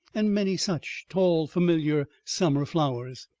and many such tall familiar summer flowers.